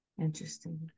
interesting